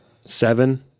seven